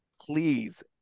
please